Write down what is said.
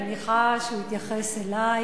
אני מניחה שהוא התייחס אלי